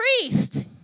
priest